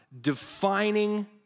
defining